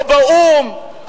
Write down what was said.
לא באו"ם,